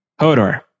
Hodor